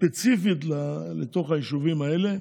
ספציפית לתוך היישובים האלה,